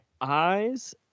eyes